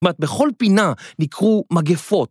כמעט, בכל פינה נקרו מגפות.